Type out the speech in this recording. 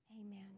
Amen